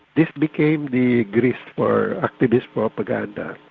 this became the grist for activist propaganda.